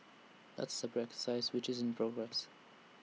that's A separate exercise which is in progress